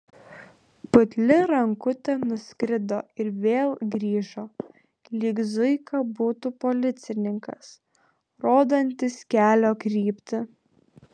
putli rankutė nuskrido ir vėl grįžo lyg zuika būtų policininkas rodantis kelio kryptį